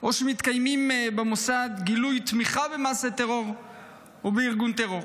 או שמתקיימים במוסד גילויי תמיכה במעשי טרור או בארגון טרור,